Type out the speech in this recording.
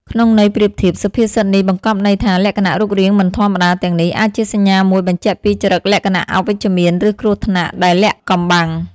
ក្នុងន័យប្រៀបធៀប សុភាសិតនេះបង្កប់ន័យថា លក្ខណៈរូបរាងមិនធម្មតាទាំងនេះ អាចជាសញ្ញាមួយបញ្ជាក់ពីចរិតលក្ខណៈអវិជ្ជមាន ឬគ្រោះថ្នាក់ដែលលាក់កំបាំង។